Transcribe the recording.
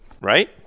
right